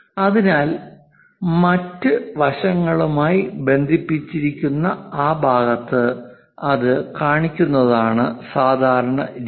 അതിനാൽ മറ്റ് വശങ്ങളുമായി ബന്ധിപ്പിച്ചിരിക്കുന്ന ആ ഭാഗത്ത് അത് കാണിക്കുന്നതാണ് സാധാരണ രീതി